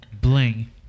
Bling